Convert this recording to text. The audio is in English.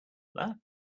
that